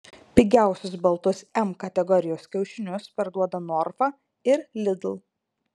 pigiausius baltus m kategorijos kiaušinius parduoda norfa ir lidl